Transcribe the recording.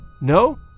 No